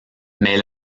mais